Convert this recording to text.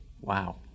Wow